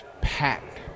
packed